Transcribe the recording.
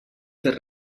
fer